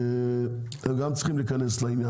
הם גם צריכים להיכנס לעניין,